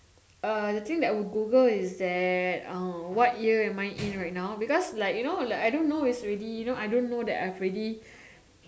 uh the thing that I would Google is that uh what year am I in right now because like you know like I don't know is already you know I don't know if I've already